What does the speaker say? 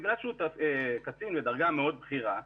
בגלל שהוא קצין בדרגה מאוד בכירה,